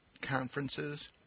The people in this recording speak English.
conferences